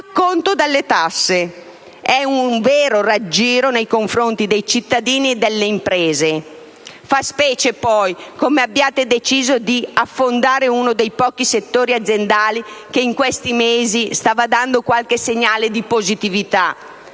l'acconto delle tasse! È un vero raggiro nei confronti dei cittadini e delle imprese. Fa specie, poi, come abbiate deciso di affondare uno dei pochi settori aziendali che in questi mesi stava dando qualche segnale di positività.